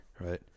right